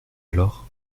alors